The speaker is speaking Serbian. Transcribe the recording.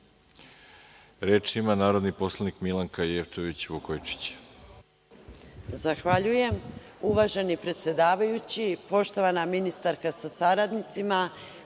ima narodni poslanik Milanka Jevtović Vukojičić.